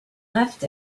left